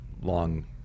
long